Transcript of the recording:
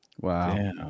wow